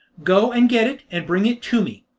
go and get it, and bring it to me.